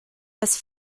das